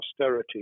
austerity